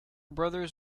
brothers